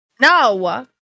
No